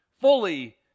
fully